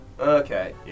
okay